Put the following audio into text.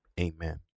Amen